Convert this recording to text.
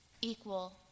equal